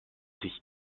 sich